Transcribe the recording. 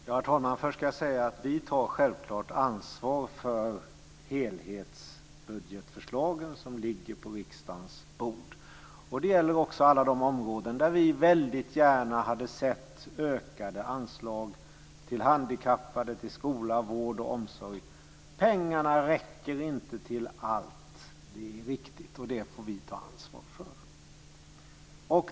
Herr talman! Först ska jag säga att vi självklart tar ansvar för helhetsbudgetförslagen som ligger på riksdagens bord. Det gäller också alla de områden där vi väldigt gärna hade sett ökade anslag till handikappade, till skola, vård och omsorg. Pengarna räcker inte till allt, det är riktigt, och det får vi ta ansvar för.